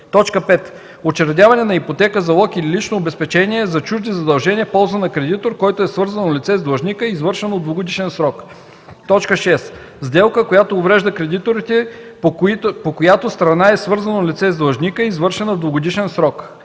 5. учредяване на ипотека, залог или лично обезпечение за чужди задължения в полза на кредитор, който е свързано лице с длъжника, извършено в двугодишен срок; 6. сделка, която уврежда кредиторите, по която страна е свързано лице с длъжника, извършена в двугодишен срок.